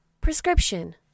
Prescription